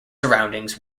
surroundings